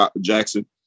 Jackson